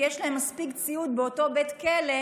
כי יש להם מספיק ציוד באותו בית כלא